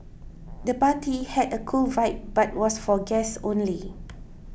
the party had a cool vibe but was for guests only